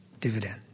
dividend